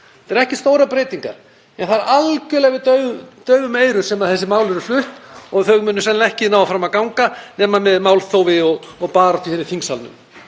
þetta eru ekki stórar breytingar, en það er algerlega fyrir daufum eyrum sem þessi mál eru flutt og þau munu sennilega ekki ná fram að ganga nema með málþófi og baráttu hér í þingsal.